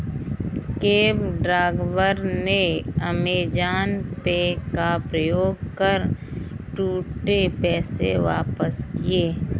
cab driver ने Amazon Pay का प्रयोग कर छुट्टे पैसे वापस किए